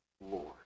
Lord